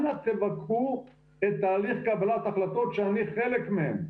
אנא תבקרו את תהליך קבלת ההחלטות שאני חלק מהן.